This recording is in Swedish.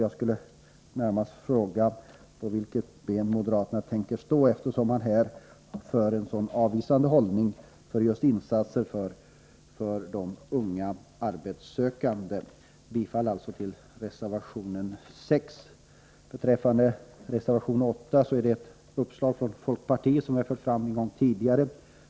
Jag vill fråga på vilket ben moderaterna står, eftersom de visar upp en så avvisande hållning beträffande insatser för unga arbetssökande. Jag yrkar således bifall till reservation 6. I reservation 8 kommer folkpartiet med ett uppslag, som vi även har framfört tidigare.